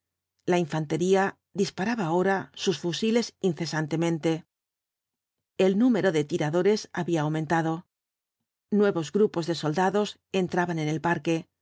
la infantería disparaba ahora sus fusiles incesantemente el número de tiradores había los cuatro jinbtbs dhl a pocalipsis aumentado nuevos grupos de soldados entraban en el parque